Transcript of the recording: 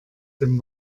dem